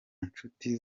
nshuti